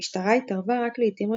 המשטרה התערבה רק לעיתים רחוקות.